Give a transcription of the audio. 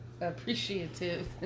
appreciative